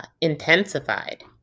intensified